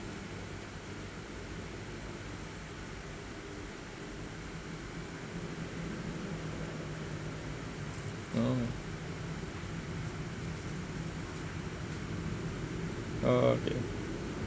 oh ah okay